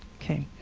ok,